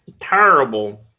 Terrible